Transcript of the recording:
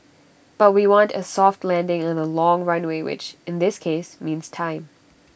but we want A soft landing and A long runway which in this case means time